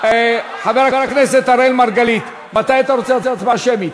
חבר הכנסת אראל מרגלית, מתי אתה רוצה הצבעה שמית?